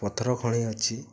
ପଥର ଖଣି ଅଛି